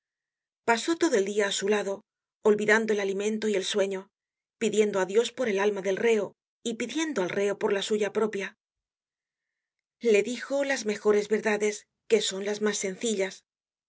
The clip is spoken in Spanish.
pasó todo el dia á su lado olvidando el alimento y el sueño pidiendo á dios por el alma del reo y pidiendo al reo por la suya propia le dijo las mejores verdades que son las mas sencillas